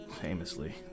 famously